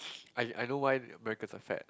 I I know why Americans are fat